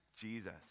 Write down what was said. Jesus